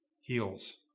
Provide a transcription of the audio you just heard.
heals